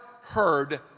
heard